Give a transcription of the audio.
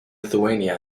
lithuania